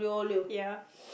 yeah